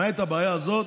למעט הבעיה הזאת,